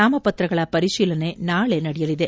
ನಾಮಪತ್ರಗಳ ಪರಿಶೀಲನೆ ನಾಳೆ ನಡೆಯಲಿದೆ